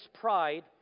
pride